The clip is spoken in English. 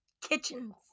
Kitchens